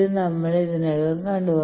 ഇത് നമ്മൾ ഇതിനകം കണ്ടു